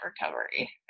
recovery